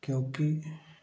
क्योंकि